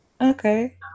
Okay